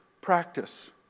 practice